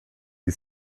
die